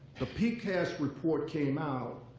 the pcast report came out,